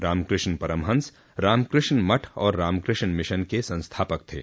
रामकृष्ण परमहस रामकृष्ण् मठ और रामकृष्ण मिशन के संस्थापक थे